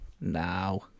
Now